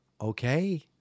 Okay